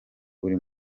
uri